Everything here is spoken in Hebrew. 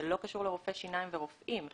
זה לא קשור לרופאי שיניים ורופאים.